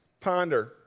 ponder